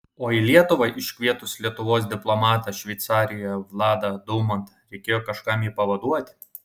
o į lietuvą iškvietus lietuvos diplomatą šveicarijoje vladą daumantą reikėjo kažkam jį pavaduoti